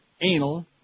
anal